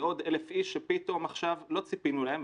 זה עוד 1,000 איש שפתאום לא ציפינו להם,